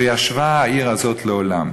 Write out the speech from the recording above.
"וישבה העיר הזאת לעולם".